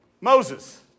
Moses